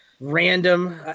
random